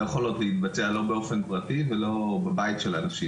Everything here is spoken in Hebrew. לא יכולות להתבצע לא באופן פרטי ולא דרך בית של אנשים.